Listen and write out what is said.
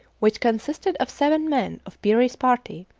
which consisted of seven men of peary's party,